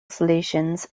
solutions